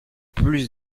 plus